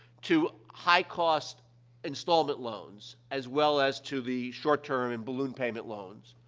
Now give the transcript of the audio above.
to high-cost installment loans, as well as to the short-term and balloon payment loans.